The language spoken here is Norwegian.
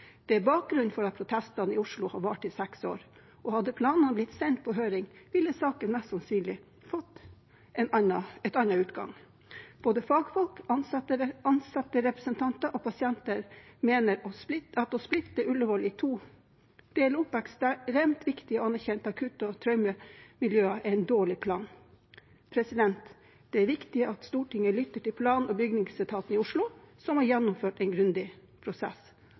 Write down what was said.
Det er bakgrunnen for at protestene i Oslo har vart i seks år, og hadde planene blitt sendt på høring, ville saken mest sannsynlig fått en annen utgang. Både fagfolk, ansatterepresentanter og pasienter mener at å splitte Ullevål i to og dele opp viktige og anerkjente akutt- og traumemiljøer er en dårlig plan. Det er viktig at Stortinget lytter til plan- og bygningsetaten i Oslo, som har gjennomført en grundig prosess.